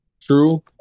True